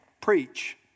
preach